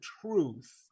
truth